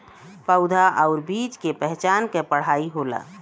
पउधा आउर बीज के पहचान क पढ़ाई होला